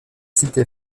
cité